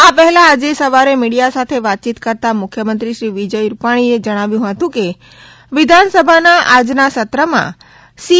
આ પહેલા આજે સવારેમીડિયા સાથે વાતચીત કરતા મુખ્ય મંત્રી શ્રી વિજય રૂપાણીએ જણાવ્યું હતું કેવિધાન સભાના આજના સત્રમાં સી